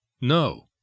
No